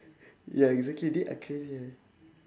ya exactly they are crazy ah